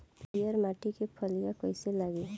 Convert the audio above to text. पीयर माटी में फलियां कइसे लागी?